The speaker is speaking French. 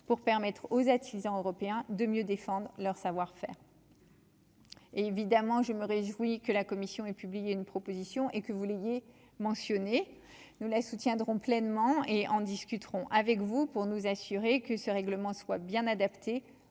pour permettre aux artisans européens de mieux défendre leur savoir-faire. Et évidemment, je me réjouis que la commission et publié une proposition et que vous l'ayez mentionné, nous la soutiendrons pleinement et en discuteront avec vous pour nous assurer que ce règlement soit bien adapté